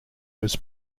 was